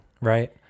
right